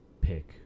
pick